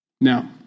Now